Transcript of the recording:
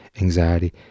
anxiety